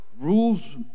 rules